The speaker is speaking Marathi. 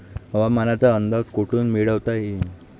हवामानाचा अंदाज कोठून मिळवता येईन?